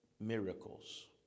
miracles